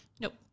Nope